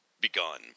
begun